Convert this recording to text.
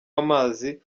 amazi